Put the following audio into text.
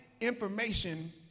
information